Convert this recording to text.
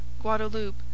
Guadeloupe